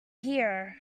here